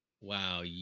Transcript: wow